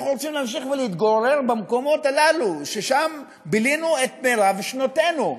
אנחנו רוצים להמשיך ולהתגורר במקומות הללו ששם בילינו את רוב שנותינו,